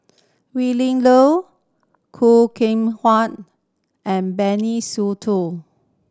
Willin Low Khoo Kay and Benny